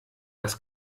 das